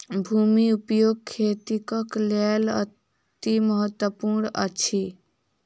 भूमि उपयोग खेतीक लेल अतिमहत्त्वपूर्ण अछि